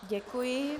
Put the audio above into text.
Děkuji.